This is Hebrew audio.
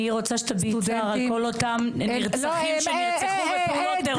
אני רוצה שתביעי צער על כל אותם נרצחים שנרצחו בפעולות טרור.